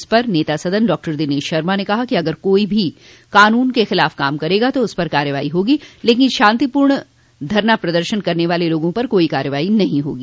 इस पर नेता सदन डॉक्टर दिनेश शर्मा ने कहा कि अगर कोई भी क़ानून के ख़िलाफ़ काम करेगा तो उस पर कार्रवाई होगी लेकिन शांतिपूर्वक धरना प्रदर्शन करने वालों पर कोई कार्रवाई नहीं होगी